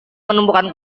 menemukan